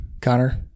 Connor